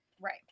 Right